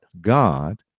God